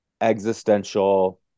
existential